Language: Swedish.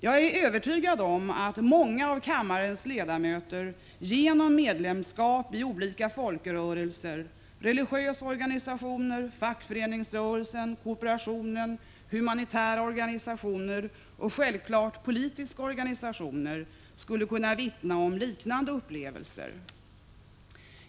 Jag är övertygad om att många av kammarens ledamöter genom medlemskap i olika folkrörelser — religiösa organisationer, fackföreningsrörelsen, kooperationen, humanitära organisationer och självfallet politiska organisationer — skulle kunna vittna om liknande upplevelser.